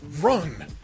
Run